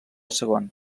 segon